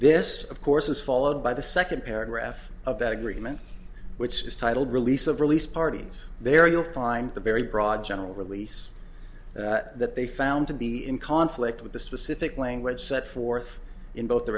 this of course is followed by the second paragraph of that agreement which is titled release of release parties there you'll find the very broad general release that they found to be in conflict with the specific language set forth in both the